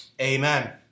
amen